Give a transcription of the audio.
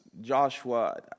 Joshua